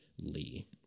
Lee